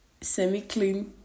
semi-clean